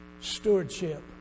stewardship